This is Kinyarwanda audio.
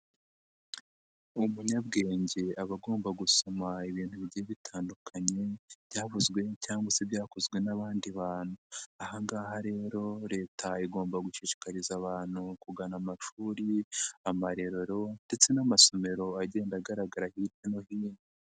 Umunyabwenge aba agomba gusoma ibintu bigiye bitandukanye, byavuzwe cyangwa se byakozwe n'abandi bantu, aha ngaha rero Leta igomba gushishikariza abantu kugana amashuri, amarerero ndetse n'amasomero agenda agaragara hirya no hino.